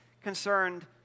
concerned